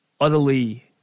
utterly